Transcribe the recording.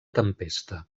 tempesta